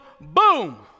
boom